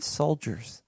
soldiers